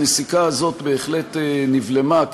הנסיקה הזאת בהחלט נבלמה.